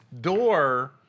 door